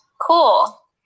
Cool